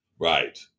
Right